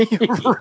Right